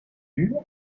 buts